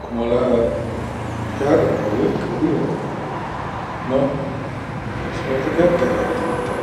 Ku ma lää järve vai jõkkõ ujoma, noh, sis ma võta käteräti üteh.